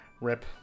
Rip